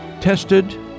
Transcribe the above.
Tested